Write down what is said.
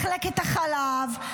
מחלקת החלב,